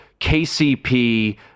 KCP